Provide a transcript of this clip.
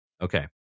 Okay